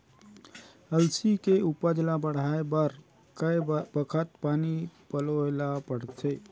अलसी के उपज ला बढ़ए बर कय बखत पानी पलोय ल पड़थे?